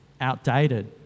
outdated